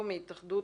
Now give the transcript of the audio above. בבקשה.